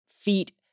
feet